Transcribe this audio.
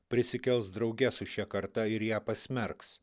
prisikels drauge su šia karta ir ją pasmerks